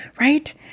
right